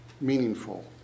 meaningful